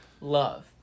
love